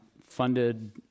funded